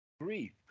Grief